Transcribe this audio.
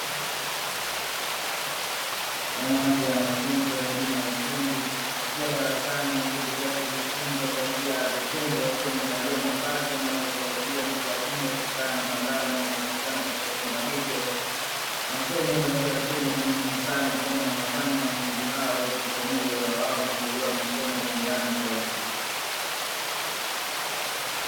Wanawake wanafunzi wa elimu ya ufundi, wakiwa darasani wakiendelea kujifunza kwa njia ya vitendo, wakiwa wamevalia mavazi yanayoweza kuwazuia na kuwakinga kutokana na madhara yanayopatikana katika chumba hicho. Masomo kwa njia ya vitendo ni muhimu sana, kwani yanawafanya wanafunzi hao waweze kutanua uelewa wao na kuelewa masomo kwa undani zaidi.